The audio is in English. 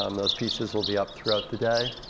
um those pieces will be up throughout the day.